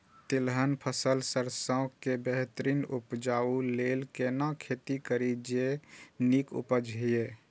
तिलहन फसल सरसों के बेहतरीन उपजाऊ लेल केना खेती करी जे नीक उपज हिय?